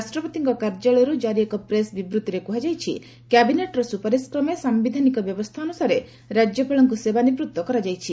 ରାଷ୍ଟ୍ରପତିଙ୍କ କାର୍ଯ୍ୟାଳୟରୁ ଜାରି ଏକ ପ୍ରେସ୍ ବିବୃତ୍ତିରେ କୁହାଯାଇଛି କ୍ୟାବିନେଟ୍ର ସୁପାରିଶ କ୍ରମେ ସାୟିଧାନିକ ବ୍ୟବସ୍ଥା ଅନୁସାରେ ରାଜ୍ୟପାଳଙ୍କୁ ସେବାନିବୃତ୍ତ କରାଯାଇଛି